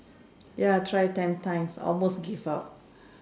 ya try ten times almost give up